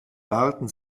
warten